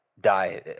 die